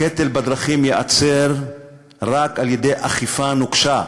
הקטל בדרכים ייעצר רק על-ידי אכיפה נוקשה,